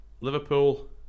Liverpool